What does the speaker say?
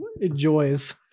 enjoys